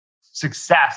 success